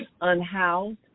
unhoused